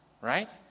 Right